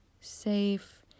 safe